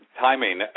timing